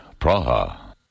Praha